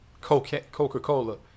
Coca-Cola